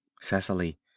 Cecily